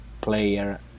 player